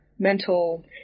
mental